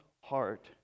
heart